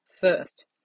first